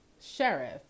Sheriff